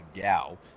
Gao